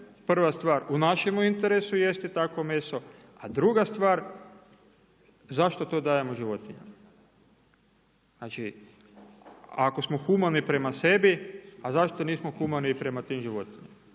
prva stvar u našemu interesu jesti takvo meso, a druga stvar zašto to dajemo životinjama. Znači, ako smo humani i prema sebi, a zašto nismo humani i prema tim životinjama.